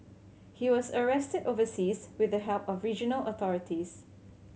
he was arrested overseas with the help of regional authorities